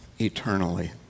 eternally